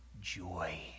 joy